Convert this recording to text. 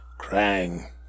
Krang